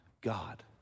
God